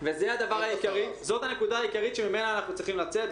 זאת הנקודה העיקרית שממנה אנחנו צריכים לצאת.